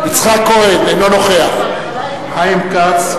אינו נוכח חיים כץ,